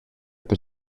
per